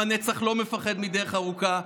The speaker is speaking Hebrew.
עם הנצח לא מפחד מדרך ארוכה.